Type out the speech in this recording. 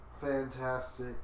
fantastic